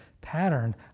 pattern